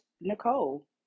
Nicole